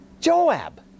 Joab